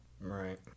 Right